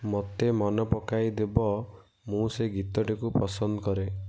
ମୋତେ ମନେ ପକାଇ ଦେବ ମୁଁ ସେ ଗୀତଟିକୁ ପସନ୍ଦ କରେ